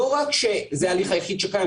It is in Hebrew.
לא רק שזה ההליך היחיד שקיים.